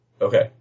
Okay